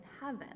heaven